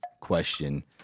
question